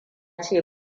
ce